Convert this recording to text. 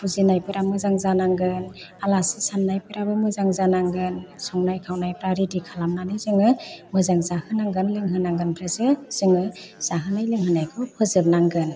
फुजिनायफोरा मोजां जानांगोन आलासि सान्नायफोराबो मोजां जानांगोन संनाय खावनायफ्रा रेडि खालामनानै जोङो मोजां जाहोनांगोन लोंहोनांगोन ओमफ्रायसो जोङो जाहोनाय लोंहोनायखौ फोजोबनांगोन